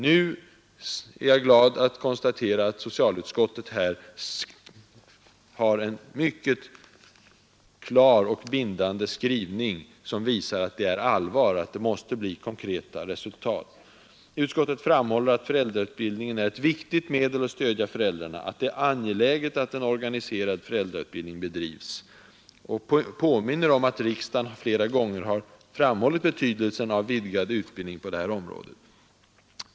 Jag är glad att konstatera att socialutskottet har en mycket klar och bindande skrivning, som visar att det är allvar och att det måste bli konkreta resultat. Utskottet framhåller att föräldrautbildningen är ett viktigt medel att stödja föräldrarna och att det är angeläget att en organiserad föräldrautbildning bedrivs. Utskottet påminner om att riksdagen flera gånger har framhållit betydelsen av vidgad utbildning på detta område.